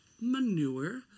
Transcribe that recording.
manure